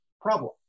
problem